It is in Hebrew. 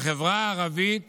בחברה הערבית